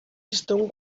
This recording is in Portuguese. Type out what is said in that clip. estão